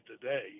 today